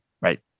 right